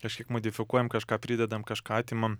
kažkiek modifikuojam kažką pridedam kažką atimam